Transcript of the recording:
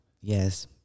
Yes